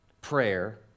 prayer